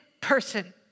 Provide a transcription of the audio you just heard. person